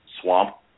swamp